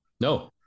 No